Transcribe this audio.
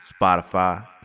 Spotify